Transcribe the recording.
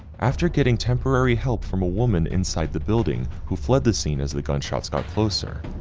after getting temporary help from a woman inside the building who fled the scene as the gunshots got closer,